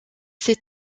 ces